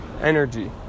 energy